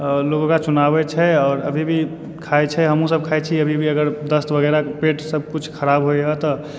लोग ओकरा चुनाबै छै आओर अभी भी खाइ छै हमहुसभ खाइ छी अभी भी अगर दस्त वगैरह पेट सब किछु खराब होइया तऽ